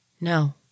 No